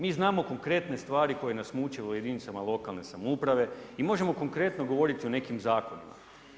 Mi znamo konkretne stvari koje nas muče u jedinicama lokalne samouprave i možemo konkretno govoriti o nekom zakonu.